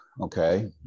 okay